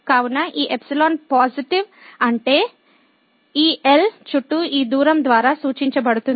కావున ఈ epsilon positive అంటే ఈ ఎల్ చుట్టూ ఈ దూరం ద్వారా సూచించబడుతుంది